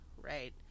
right